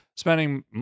Spending